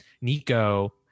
Nico